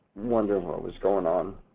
wondering what was going on,